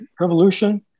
Revolution